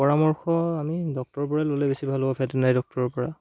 পৰামৰ্শ আমি ডক্তৰৰ পৰাই ল'লে বেছি ভাল হ'ব ভেটেনাৰী ডক্তৰৰ পৰা